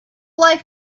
life